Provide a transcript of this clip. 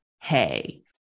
hey